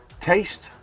taste